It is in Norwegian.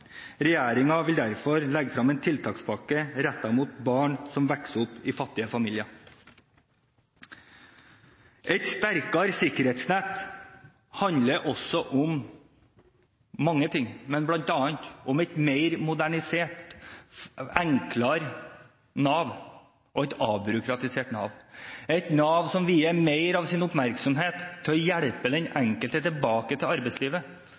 vil derfor legge frem en tiltakspakke rettet mot barn som vokser opp i fattige familier. Et sterkere sikkerhetsnett handler om mange ting, bl.a. om et mer modernisert Nav, et enklere Nav og et avbyråkratisert Nav, et Nav som vier mer av sin oppmerksomhet til å hjelpe den enkelte tilbake til arbeidslivet,